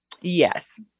Yes